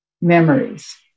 memories